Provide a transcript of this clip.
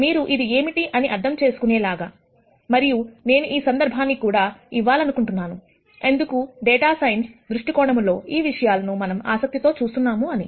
మీరు ఇది ఏమిటి అని అర్థం చేసుకునే లాగా మరియు నేను సందర్భాన్ని కూడా ఇవ్వాలనుకుంటున్నాను ఎందుకు డేటా సైన్స్ దృష్టి కోణము లో ఈ విషయాలను మనం ఆసక్తి తో చూస్తున్నాము అని